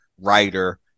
writer